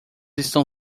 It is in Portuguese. estão